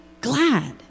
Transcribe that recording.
glad